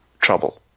trouble